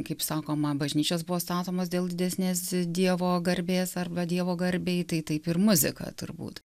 kaip sakoma bažnyčios buvo statomos dėl didesnės dievo garbės arba dievo garbei tai taip ir muzika turbūt